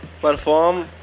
perform